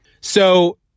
So-